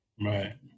Right